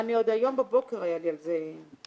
היום בבוקר היה לי על זה בירור.